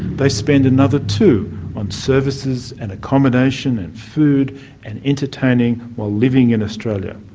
they spend another two on services, and accommodation, and food and entertainment while living in australia.